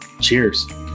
Cheers